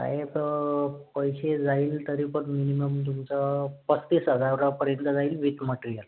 साहेब पैसे जाईल तरी पण मिनिमम तुमचं पस्तीस हजारापर्यंत जाईल विथ मटेरियल